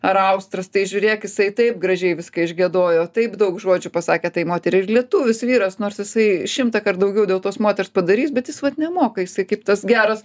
ar austras tai žiūrėk jisai taip gražiai viską išgiedojo taip daug žodžių pasakė tai moteriai ir lietuvis vyras nors jisai šimtąkart daugiau dėl tos moters padarys bet jis vat nemoka jisai kaip tas geras